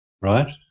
right